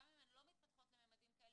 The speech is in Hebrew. גם אם הן לא מתפתחות לממדים כאלה,